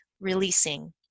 releasing